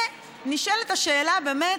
ונשאלת השאלה, באמת: